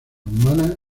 humanas